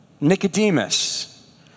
Nicodemus